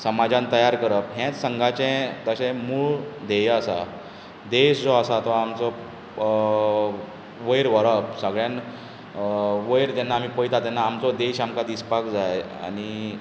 समाजांत तयार करप हें संघाचें तशें मूळ धेय आसा देश जो आसा तो आमचो वयर व्हरप सगळ्यांत वयर जेन्ना आमी पळयता तेन्ना आमचो देश आमकां दिसपाक जाय आनी